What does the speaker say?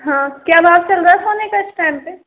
हाँ क्या भाव चल रहा है सोने का इस टाइम पे